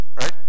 right